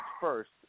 first